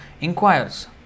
inquires